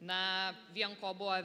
na vien ko buvo